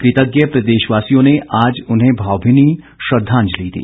कृतज्ञ प्रदेशवासियों ने आज उन्हें भावभीनी श्रद्धांजलि दी